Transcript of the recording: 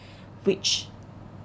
which